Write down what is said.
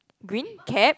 green cap